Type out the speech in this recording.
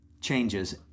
changes